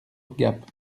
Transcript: gap